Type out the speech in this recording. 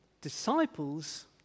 Disciples